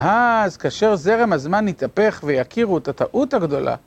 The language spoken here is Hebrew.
אה, אז כאשר זרם הזמן יתהפך ויכירו את הטעות הגדולה.